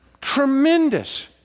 tremendous